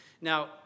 Now